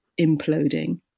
imploding